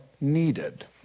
needed